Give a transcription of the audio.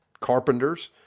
carpenters